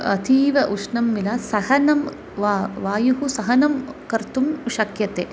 अतीव उष्णं विना सहनं वा वायुः सहनं कर्तुम् शक्यते